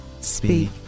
speak